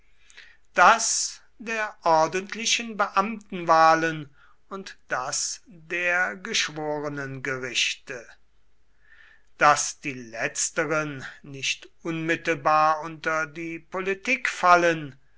das der ordentlichen beamtenwahlen und das der geschworenengerichte daß die letzteren nicht unmittelbar unter die politik fallen